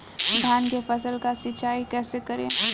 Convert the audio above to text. धान के फसल का सिंचाई कैसे करे?